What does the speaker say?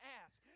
ask